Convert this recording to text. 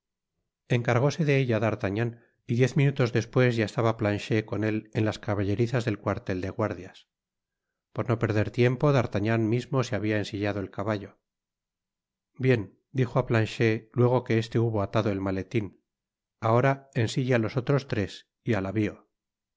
encargóse de ella d'artagnan y diez minutos despues ya estaba planchet con él en las caballerizas del cuartel de guardias por no perder tiempo d'artagnan mismo se habia ensillado el caballo bien dijo á planchet luego que este hubo atado el maletín ahora ensilla los otros tres y al avío